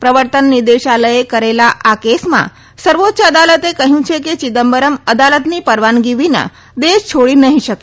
પ્રવર્તન નિદેશાલયે કરેલા આ કેસમાં સર્વોચ્ય અદાલતે કહ્યું છે કે ચિદમ્બરમ અદાલતની પરવાનગી વિના દેશ છોડી નહીં શકે